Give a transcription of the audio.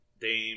Dame